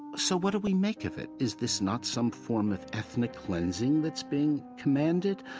so what do we make of it? is this not some form of ethnic cleansing that's being commanded?